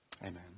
Amen